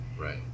Right